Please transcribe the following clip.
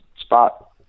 spot